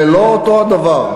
זה לא אותו הדבר.